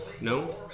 No